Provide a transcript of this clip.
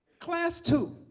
class too.